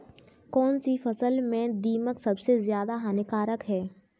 कौनसी फसल में दीमक सबसे ज्यादा हानिकारक है?